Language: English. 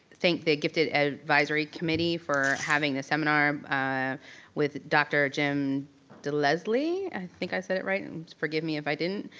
thank the gifted advisory committee for having a seminar with dr. jim delesley, i think i said it right and forgive me if i didn't.